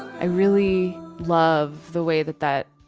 i really love the way that that.